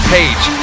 Page